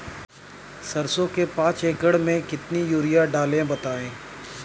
सरसो के पाँच एकड़ में कितनी यूरिया डालें बताएं?